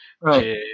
Right